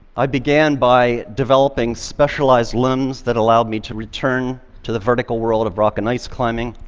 i began by developing specialized limbs that allowed me to return to the vertical world of rock and ice climbing.